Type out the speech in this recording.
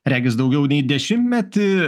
regis daugiau nei dešimtmetį